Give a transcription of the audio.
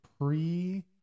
pre